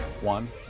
one